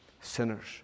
sinners